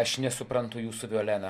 aš nesuprantu jūsų violena